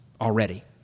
already